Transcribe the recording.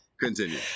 continue